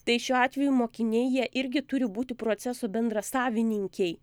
tai šiuo atveju mokiniai jie irgi turi būti proceso bendrasavininkiai